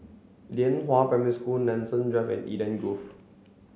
Lianhua Primary School Nanson Drive and Eden Grove